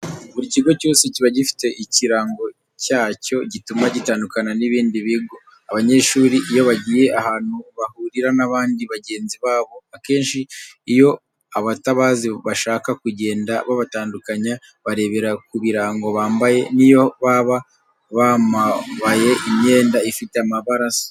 Buri kigo cyose kiba gifite ikirango cyacyo gituma gitandukana n'ibindi bigo. Abanyeshuri iyo bagiye ahantu bahurira n'abandi bagenzi babo akenshi iyo abatabazi bashaka kugenda babatandukanya, barebera ku birango bambaye n'iyo baba bamabaye imyenda ifite amabara asa.